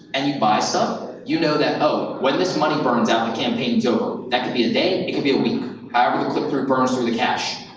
and you buy stuff, you know that, oh, when this money burns out, the campaign's over. that could be a day, it could be a week, however the click-through burns through the cash,